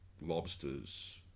lobsters